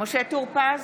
משה טור פז,